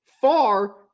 far